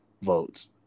votes